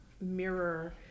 mirror